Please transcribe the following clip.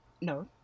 No